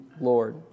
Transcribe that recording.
Lord